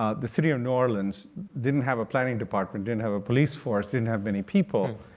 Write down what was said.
ah the city of new orleans didn't have a planning department, didn't have a police force, didn't have many people.